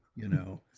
you know,